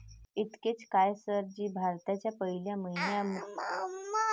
इतकेच काय, सर जी भारताच्या पहिल्या महिला अर्थमंत्री निर्मला सीतारामन आहेत